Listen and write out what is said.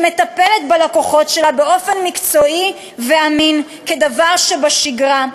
שמטפלת בלקוחות שלה באופן מקצועי ואמין כדבר שבשגרה,